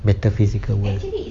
metaphysical world